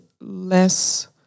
less